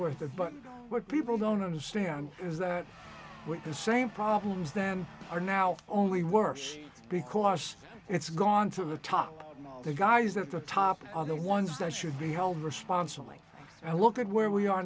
worth it but what people don't understand is that the same problems that are now only worse because it's gone to the top the guys at the top are the ones that should be held responsible and i look at where we are